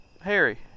harry